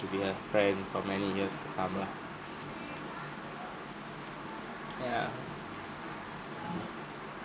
to be her friend for many years to come lah ya